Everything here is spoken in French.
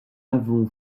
avons